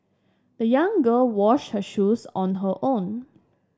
the young girl washed her shoes on her own